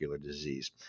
disease